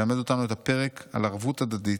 ללמד אותנו את הפרק על ערבות הדדית,